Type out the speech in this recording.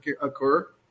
occur